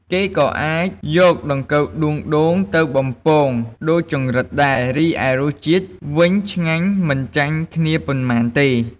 គេក៏អាចយកដង្កូវដួងដូងទៅបំពង ដូចចង្រិតដែរ រីឯរសជាតិវិញឆ្ងាញ់ មិនចាញ់គ្នាប៉ុន្មានទេ។